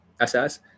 SS